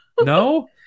no